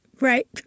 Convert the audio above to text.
right